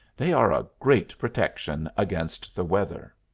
they are a great protection against the weather.